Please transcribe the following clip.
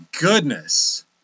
goodness